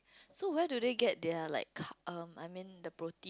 so where do they get their like carb um I mean the protein